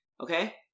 Okay